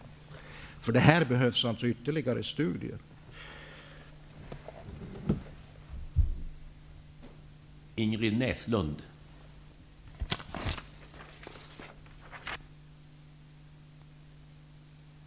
Det behövs ytterligare studier för detta.